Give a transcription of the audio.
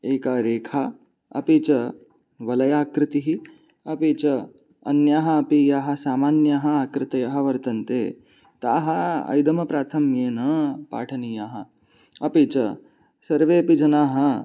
एका रेखा अपि च वलयाकृतिः अपि च अन्याः अपि याः सामान्याः आकृतयः वर्तन्ते ताः ऐदम्प्राथम्येन पाठनीयाः अपि च सर्वेऽपि जनाः